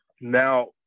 now